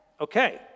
Okay